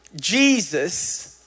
Jesus